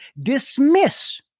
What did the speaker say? dismiss